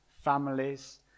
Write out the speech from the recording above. Families